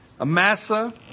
Amasa